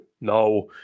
no